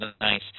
nice